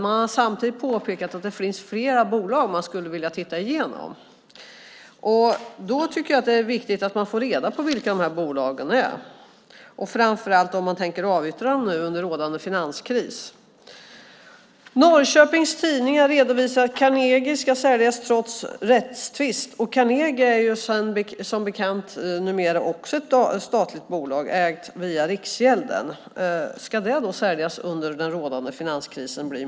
Man har samtidigt påpekat att det är fler bolag som man skulle vilja titta igenom. Då tycker jag att det är viktigt att vi får reda på vilka dessa bolag är, framför allt om man tänker avyttra dem nu under rådande finanskris. Norrköpings Tidningar redovisar att Carnegie ska säljas trots rättstvist. Carnegie är som bekant numera också ett statligt bolag, ägt via Riksgälden. Ska det säljas under den rådande finanskrisen?